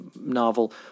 novel